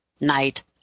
night